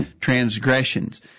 transgressions